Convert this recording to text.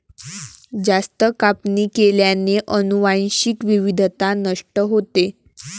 जास्त कापणी केल्याने अनुवांशिक विविधता नष्ट होते